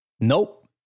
Nope